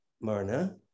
marna